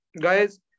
guys